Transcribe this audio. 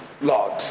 Lord